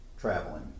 traveling